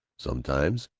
sometimes,